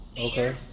Okay